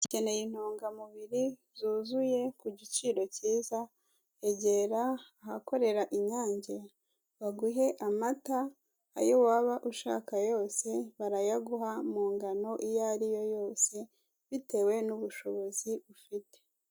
Ukeneye intungamubiri zuzuye ku giciro kiza egera ahakorera Inyange baguhe amata ayo waba ushaka yose barayaguha mu ngano iyo ariyo yose bitewe n'ubushobozi ufite.